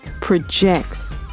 projects